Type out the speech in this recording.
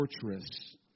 fortress